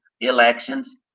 elections